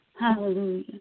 Hallelujah